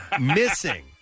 missing